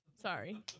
Sorry